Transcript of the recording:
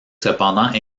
cependant